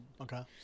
Okay